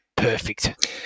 Perfect